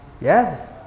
Yes